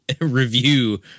review